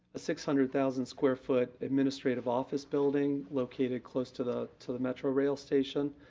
six hundred thousand square foot administrative office building located close to the to the metrorail station,